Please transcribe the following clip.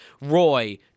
Roy